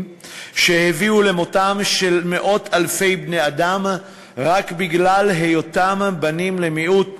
שהביאו למותם של מאות אלפי בני-אדם רק בגלל היותם בנים למיעוט